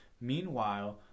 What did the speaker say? Meanwhile